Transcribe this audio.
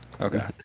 Okay